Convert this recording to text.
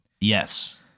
Yes